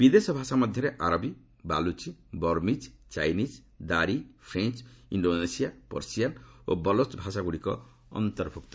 ବିଦେଶ ଭାଷା ମଧ୍ୟରେ ଆରବୀ Balochi Burmese Chinese Dari French Indonesia Persian ଓ ବଲୋଚ୍ ଭାଷାଗୁଡ଼ିକ ଅନ୍ତର୍ଭୁକ୍ତ